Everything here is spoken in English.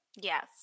Yes